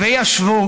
וישבו